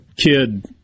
kid